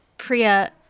Priya